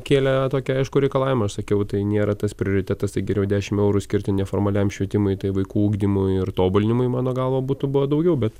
kėlė tokį aiškų reikalavimą aš sakiau tai nėra tas prioritetas tai geriau dešimt eurų skirti neformaliam švietimui tai vaikų ugdymui ir tobulinimui mano galva būtų buvę daugiau bet